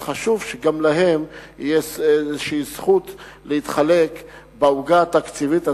חשוב שגם להם תהיה איזו זכות להתחלק בעוגה התקציבית הזאת,